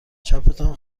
چپتان